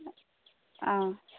आं